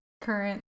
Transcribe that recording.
current